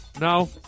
no